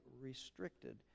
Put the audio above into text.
restricted